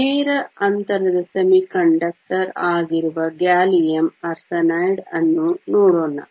ನೇರ ಅಂತರದ ಅರೆವಾಹಕ ಆಗಿರುವ ಗ್ಯಾಲಿಯಂ ಆರ್ಸೆನೈಡ್ ಅನ್ನು ನೋಡೋಣ